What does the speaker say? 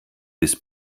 bis